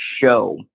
show